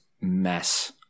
mess